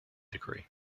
decree